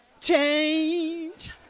change